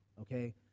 Okay